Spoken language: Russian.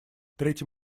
третий